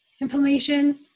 inflammation